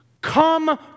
Come